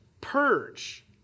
Purge